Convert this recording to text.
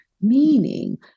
meaning